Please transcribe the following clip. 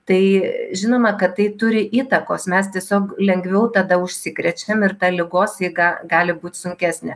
tai žinoma kad tai turi įtakos mes tiesiog lengviau tada užsikrečiam ir ta ligos eiga gali būt sunkesnė